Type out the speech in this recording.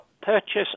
purchase